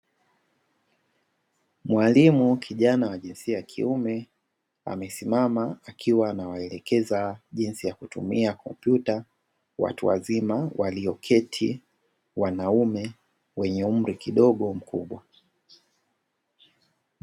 Mwalimu kijana wa jinsia ya kiume amesimama akiwa anawaelekeza jinsi ya kutumia kompyuta, watu wazima walioketi wanaume wenye umri kidogo mkubwa.